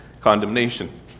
condemnation